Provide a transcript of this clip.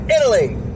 Italy